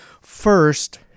first